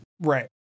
Right